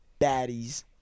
baddies